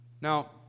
Now